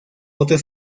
otros